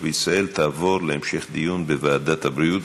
בישראל תעבור להמשך דיון בוועדת הבריאות.